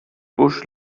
bush